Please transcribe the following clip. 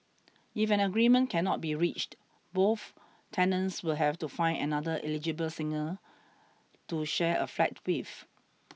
if an agreement cannot be reached both tenants will have to find another eligible single to share a flat with